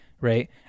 right